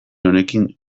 honekin